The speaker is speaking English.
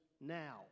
now